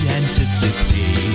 anticipate